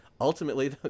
ultimately